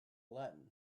latin